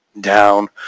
down